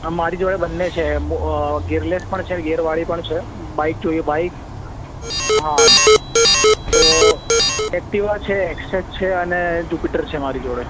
મારી જોડે બન્ને છે ગેરલેસ પણ છે ગેરવાળી પણ છે બાઈક જોઈએ તો બાઈક હા તો એકટીવા છે ઍક્સેસ છે અને જ્યુપિટર છે મારી જોડે